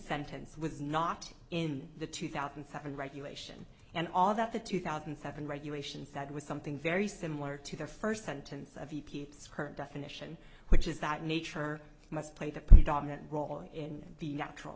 sentence was not in the two thousand and seven regulation and all that the two thousand and seven regulations that was something very similar to the first sentence of e p a its current definition which is that nature must play the pretty dominant role in the natural